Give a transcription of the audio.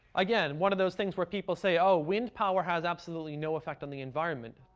again, one of those things where people say, oh, wind power has absolutely no effect on the environment.